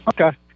Okay